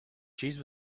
cheese